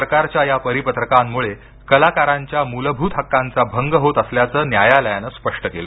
सरकारच्या या परिपत्रकांमूळं कलाकारांच्या मूलभूत हक्कांचा भंग होत असल्याचं न्यायालयानं स्पष्ट केलं